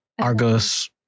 Argos